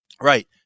Right